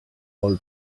all